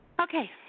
Okay